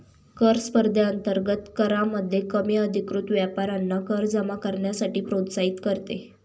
कर स्पर्धेअंतर्गत करामध्ये कमी अधिकृत व्यापाऱ्यांना कर जमा करण्यासाठी प्रोत्साहित करते